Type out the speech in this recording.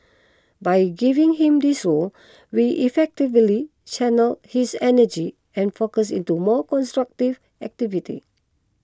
by giving him this role we effectively channelled his energy and focus into more constructive activities